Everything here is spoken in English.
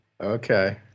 Okay